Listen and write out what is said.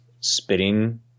spitting